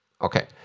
Okay